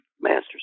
master's